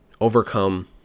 overcome